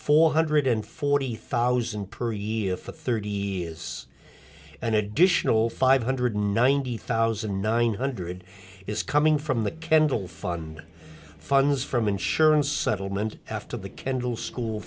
four hundred forty thousand per year for thirty has an additional five hundred ninety thousand nine hundred is coming from the kendall fun funds from insurance settlement after the kendall school